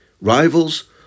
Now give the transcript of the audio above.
Rivals